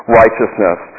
righteousness